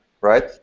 right